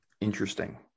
Interesting